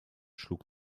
schlug